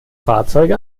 fahrzeuge